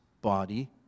body